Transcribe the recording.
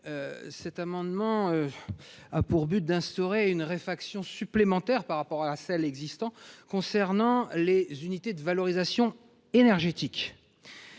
Cet amendement a pour objet d’instaurer une réfaction supplémentaire par rapport à celle qui existe concernant les unités de valorisation énergétique.